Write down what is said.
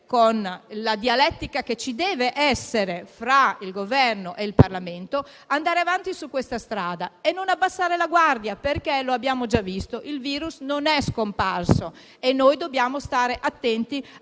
con la dialettica che ci dev'essere fra Governo e Parlamento, dobbiamo andare avanti su questa strada, senza abbassare la guardia, perché - come abbiamo già visto - il virus non è scomparso. Dobbiamo stare attenti